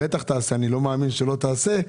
אני לא מאמין שלא תקיים.